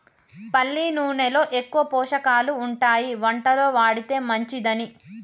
పల్లి నూనెలో ఎక్కువ పోషకాలు ఉంటాయి వంటలో వాడితే మంచిదని